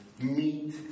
meet